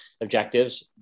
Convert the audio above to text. objectives